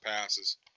passes